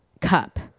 cup